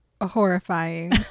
horrifying